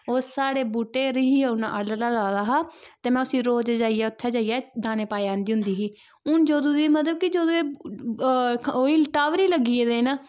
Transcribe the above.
ओह् साढ़े बूह्टे पर ही उन्न आह्लड़ा लाए दा हा ते मैं उस्सी रोज जाइयै उत्थै जाइयै दाने पाई आंदी होंदी ही हून जदूं दी मतलब कि जदूं दी ओह् ही टावर ही लग्गी गेदे न